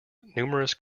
numerous